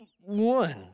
one